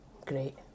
Great